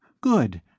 good